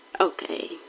okay